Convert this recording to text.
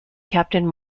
captain